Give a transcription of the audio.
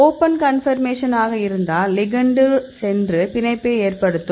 open confirmation ஆக இருந்தால் ligand சென்று பிணைப்பை ஏற்படுத்தும்